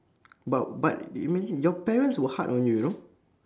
but but you mean your parents were hard on you no